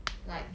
like